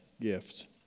gift